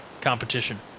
competition